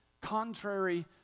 contrary